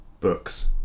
books